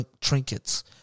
Trinkets